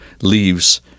leaves –